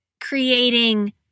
creating